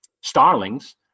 starlings